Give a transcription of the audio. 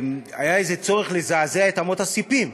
שהיה איזה צורך לזעזע את אמות הספים,